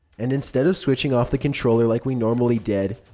and instead of switching off the controller like we normally did,